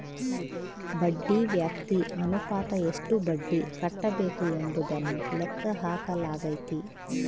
ಬಡ್ಡಿ ವ್ಯಾಪ್ತಿ ಅನುಪಾತ ಎಷ್ಟು ಬಡ್ಡಿ ಕಟ್ಟಬೇಕು ಎಂಬುದನ್ನು ಲೆಕ್ಕ ಹಾಕಲಾಗೈತಿ